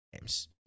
games